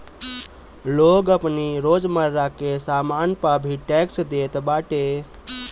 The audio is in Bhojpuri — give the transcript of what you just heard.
लोग आपनी रोजमर्रा के सामान पअ भी टेक्स देत बाटे